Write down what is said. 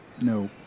No